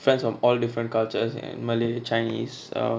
friends from all different cultures malay chinese uh